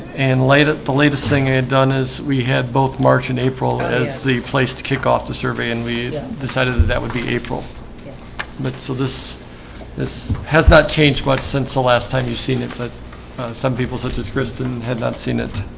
and light up the latest thing i had done is we had both march and april as the place to kick off the survey and we decided that that would be april but so this this has not changed much since the last time you've seen it but some people such as kristen had not seen it.